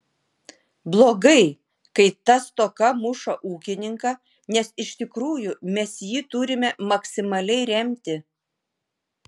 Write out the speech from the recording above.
blogai kai ta stoka muša ūkininką nes iš tikrųjų mes jį turime maksimaliai remti